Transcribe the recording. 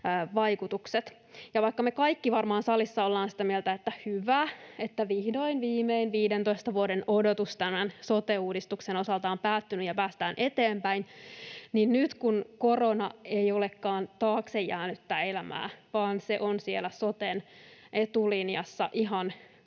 vaikka me kaikki varmaan salissa ollaan sitä mieltä, että hyvä, että vihdoin viimein 15 vuoden odotus on tämän sote-uudistuksen osalta päättynyt ja päästään eteenpäin, niin nyt kun korona ei olekaan taakse jäänyttä elämää vaan se on siellä soten etulinjassa ihan